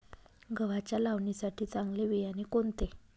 गव्हाच्या लावणीसाठी चांगले बियाणे कोणते?